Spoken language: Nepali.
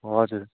हजुर